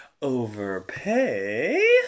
Overpay